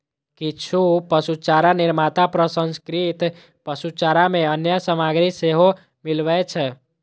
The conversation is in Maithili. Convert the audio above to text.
किछु पशुचारा निर्माता प्रसंस्कृत पशुचारा मे अन्य सामग्री सेहो मिलबै छै